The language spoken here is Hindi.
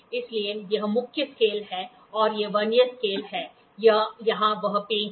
इसलिए यह मुख्य स्केल है और यह वर्नियर स्केल है या यहां वह पेंच है